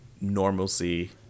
normalcy